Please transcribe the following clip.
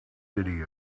city